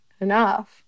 enough